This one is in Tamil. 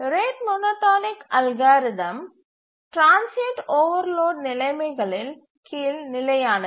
rate monotonic algorithm transient overload நிலைமைகளின் கீழ் நிலையானது